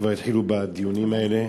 כבר התחילו בדיונים האלה.